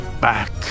back